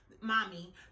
mommy